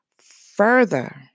further